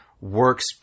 works